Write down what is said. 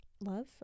love